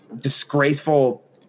disgraceful